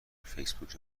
فیسبوک